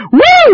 Woo